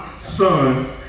son